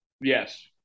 Yes